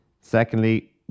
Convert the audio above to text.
Secondly